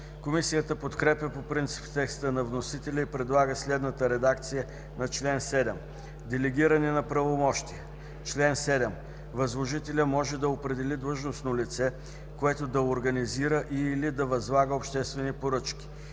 Комисията подкрепя по принцип текста на вносителя и предлага следната редакция на чл. 7: „Делегиране на правомощия Чл. 7. (1) Възложителят може да определи длъжностно лице, което да организира и/или да възлага обществени поръчки.